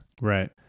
Right